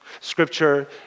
Scripture